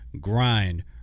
grind